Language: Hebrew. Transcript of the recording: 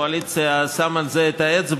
יושב-ראש הקואליציה, שם על זה את האצבע,